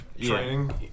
training